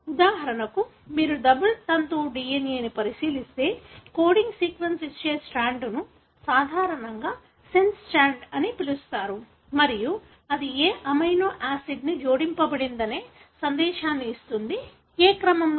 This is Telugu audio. ఉదాహరణకు మీరు డబుల్ స్ట్రాండెడ్ DNA ని పరిశీలిస్తే కోడింగ్ సీక్వెన్స్ ఇచ్చే స్ట్రాండ్ను సాధారణంగా సెన్స్ స్ట్రాండ్ అని పిలుస్తారు మరియు అది ఏ అమైనో ఆమ్లాలు జోడించబడిందనే సందేశాన్ని ఇస్తుంది ఏ క్రమంలో